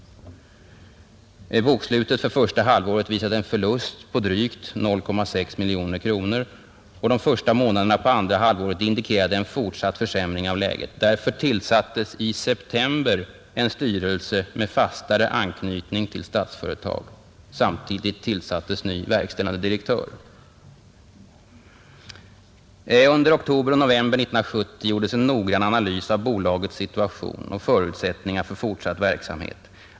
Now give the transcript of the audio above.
Bokslutet för första halvåret visade en förlust på drygt 0,6 mkr och de första månaderna på andra halvåret indikerade en fortsatt försämring av läget. Därför tillsattes i september en styrelse med fastare anknytning till Statsföretag. Samtidigt tillsattes ny verkställande direktör.— —— Under oktober och november 1970 gjordes noggrann analys av bolagets situation och förutsättningar för fortsatt verksamhet.